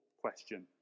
question